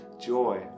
joy